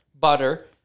butter